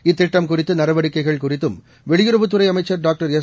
இத்திட்டம் குறித்து நடவடிக்கைகள் குறித்து வெளியுறவுத்துறை அமைச்சர் டாக்டர் எஸ்